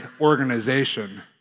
organization